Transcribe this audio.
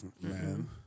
Man